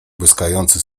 błyskający